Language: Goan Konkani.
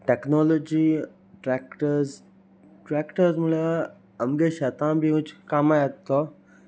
टॅक्नोलॉजी ट्रॅक्टर्स ट्रॅक्टर्स म्हळ्यार आमगे शेतां मदी कामां येत तो